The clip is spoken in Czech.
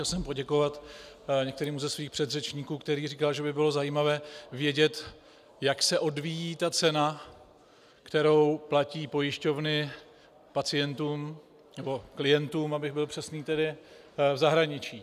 Chtěl jsem poděkovat některému ze svých předřečníků, který říkal, že by bylo zajímavé vědět, jak se odvíjí ta cena, kterou platí pojišťovny pacientům, nebo klientům, abych byl přesný, v zahraničí.